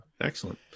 Excellent